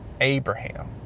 Abraham